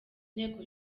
nteko